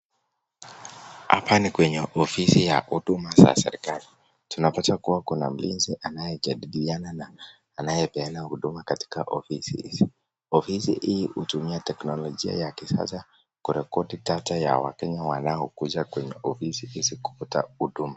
Hapa ni kwenye ofisi ya huduma za serikali, tunapata kuwa kuna mlinzi anayejadiliana na anayepeana huduma katika ofisi hizi, ofisi hii hutumia teknolojia ya kisasa kurekodi data ya wakenya wanaokuja kwenye ofisi hizi kupata huduma.